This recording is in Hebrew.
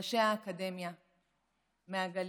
ראשי האקדמיה מהגליל,